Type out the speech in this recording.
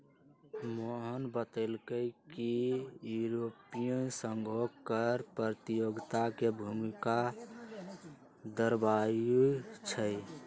मोहन बतलकई कि यूरोपीय संघो कर प्रतियोगिता के भूमिका दर्शावाई छई